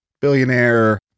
billionaire